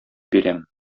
бирәм